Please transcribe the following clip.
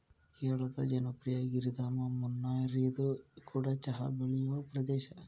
ಕೇರಳದ ಜನಪ್ರಿಯ ಗಿರಿಧಾಮ ಮುನ್ನಾರ್ಇದು ಕೂಡ ಚಹಾ ಬೆಳೆಯುವ ಪ್ರದೇಶ